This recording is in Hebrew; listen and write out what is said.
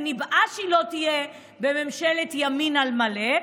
היא ניבאה שהיא לא תהיה בממשלת ימין על מלא,